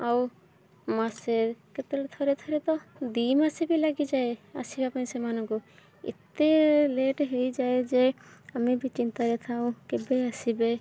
ଆଉ ମାସେ କେତେବେଳେ ଥରେ ଥରେ ତ ଦୁଇ ମାସ ବି ଲାଗିଯାଏ ଆସିବା ପାଇଁ ସେମାନଙ୍କୁ ଏତେ ଲେଟ୍ ହେଇଯାଏ ଯେ ଆମେ ବି ଚିନ୍ତାରେ ଥାଉ କେବେ ଆସିବେ